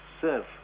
serve